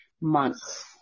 months